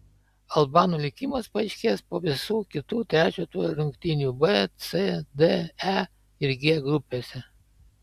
albanų likimas paaiškės po visų kitų trečio turo rungtynių b c d e ir g grupėse